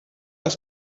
ist